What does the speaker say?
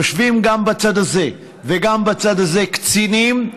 יושבים גם בצד הזה וגם בצד הזה קצינים,